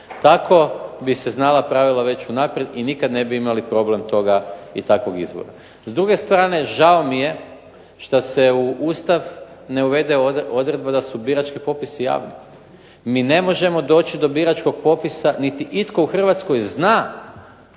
Tako bi se znala pravila već unaprijed i nikad ne bi imali problem toga i takvog izbora. S druge strane žao mi je što se u Ustav ne uvede odredba da su birački popisi javni. Mi ne možemo doći do biračkog popisa niti itko u Hrvatskoj zna